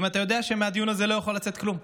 אם אתה יודע שמהדיון הזה לא יכול לצאת כלום,